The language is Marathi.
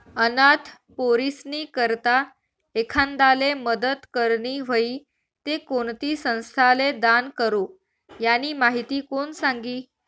अनाथ पोरीस्नी करता एखांदाले मदत करनी व्हयी ते कोणती संस्थाले दान करो, यानी माहिती कोण सांगी